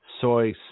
soy